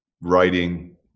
writing